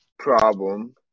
problem